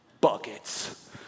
Buckets